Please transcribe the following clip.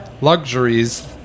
luxuries